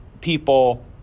people